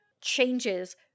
changes